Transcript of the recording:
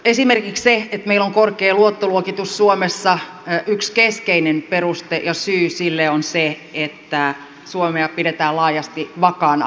esimerkiksi sille että meillä on korkea luottoluokitus suomessa yksi keskeinen peruste ja syy on se että suomea pidetään laajasti vakaana neuvotteluyhteiskuntana